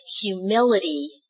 humility